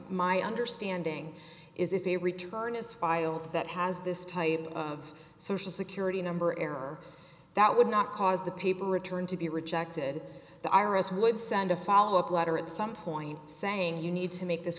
my understanding is if a return is filed that has this type of social security number error that would not cause the paper return to be rejected the i r s would send a follow up letter at some point saying you need to make this